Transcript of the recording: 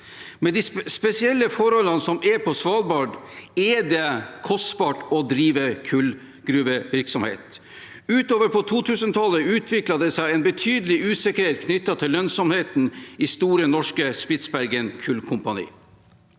Med de spesielle forholdene som er på Svalbard, er det kostbart å drive kullgruvevirksomhet. Utover på 2000-tallet utviklet det seg en betydelig usikkerhet knyttet til lønnsomheten i Store Norske Spitsbergen Kulkompani.